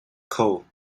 cold